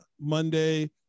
Monday